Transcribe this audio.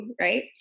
right